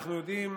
אנחנו יודעים